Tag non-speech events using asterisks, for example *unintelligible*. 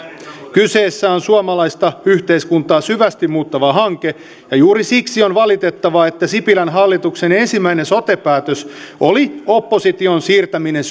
kyseessä on suomalaista yhteiskuntaa syvästi muuttava hanke ja juuri siksi on valitettavaa että sipilän hallituksen ensimmäinen sote päätös oli opposition siirtäminen *unintelligible*